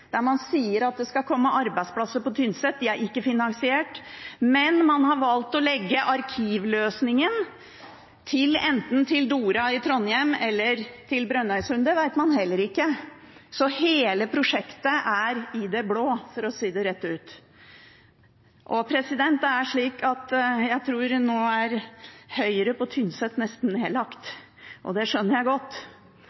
der man sier at det skal komme arbeidsplasser på Tynset. De er ikke finansiert. Men man har valgt å legge arkivløsningen enten til Dora i Trondheim eller til Brønnøysund. Det vet man heller ikke. Så hele prosjektet er i det blå, for å si det rett ut. Jeg tror Høyre på Tynset er nesten nedlagt nå, og det skjønner jeg godt.